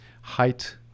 height